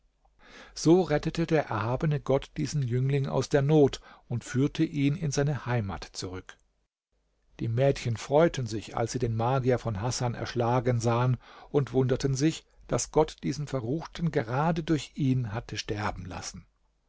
so rettete der erhabene gott diesen jüngling aus der not und führte ihn in seine heimat zurück die mädchen freuten sich als sie den magier von hasan erschlagen sahen und wunderten sich daß gott diesen verruchten gerade durch ihn hatte sterben lassen